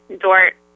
Dort